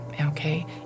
okay